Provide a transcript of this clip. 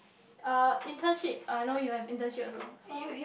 ah internship I know you have internship also so